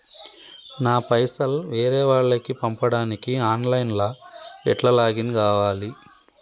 నా పైసల్ వేరే వాళ్లకి పంపడానికి ఆన్ లైన్ లా ఎట్ల లాగిన్ కావాలి?